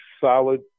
solid